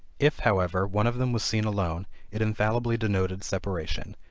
if, however, one of them was seen alone it infallibly denoted separation,